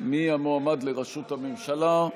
המועמד לראשות הממשלה.